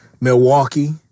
Milwaukee